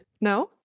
No